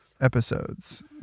episodes